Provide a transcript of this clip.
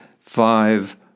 five